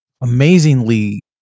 amazingly